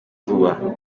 vuba